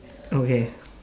okay